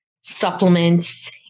supplements